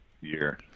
year